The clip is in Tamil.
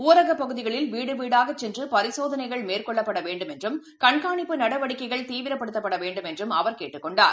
ஊரகப் பகுதிகளில் வீடுவீடாகசென்றுபரிசோதனைகள் மேற்கொள்ளப்படவேண்டும் என்றம் கண்காணிப்பு நடவடிக்கைகளைதீவிரப்படுத்தவேண்டும் என்றும் அவர் கேட்டுக் கொண்டார்